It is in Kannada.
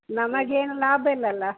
ನಮಗೇನು ಲಾಭ ಇಲ್ವಲ್ಲ